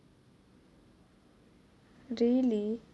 really